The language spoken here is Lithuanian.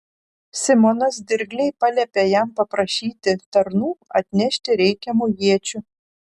simonas dirgliai paliepė jam paprašyti tarnų atnešti reikiamų iečių